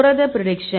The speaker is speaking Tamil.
புரத பிரடிக்சன்